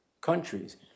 countries